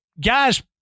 guys